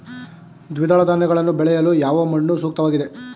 ದ್ವಿದಳ ಧಾನ್ಯಗಳನ್ನು ಬೆಳೆಯಲು ಯಾವ ಮಣ್ಣು ಸೂಕ್ತವಾಗಿದೆ?